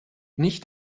nicht